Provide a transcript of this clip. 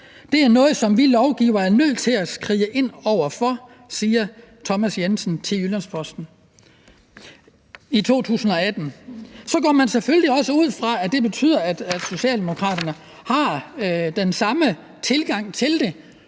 er noget, vi som lovgivere er nødt til at skride ind over for.« Det siger Thomas Jensen til Jyllands-Posten i 2018. Så går man selvfølgelig også ud fra, at det betyder, at Socialdemokraterne har den samme tilgang til det,